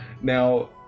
Now